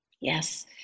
Yes